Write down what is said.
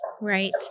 Right